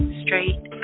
straight